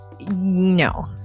No